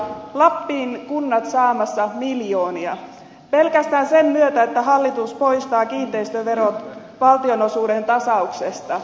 lapin kunnat saamassa miljoonia pelkästään sen myötä että hallitus poistaa kiinteistöverot valtionosuuden tasauksesta